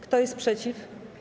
Kto jest przeciw?